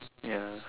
ya